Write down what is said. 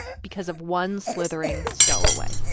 because of one slithering stowaway